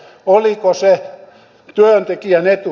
oliko se työntekijän etu